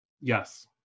Yes